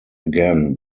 again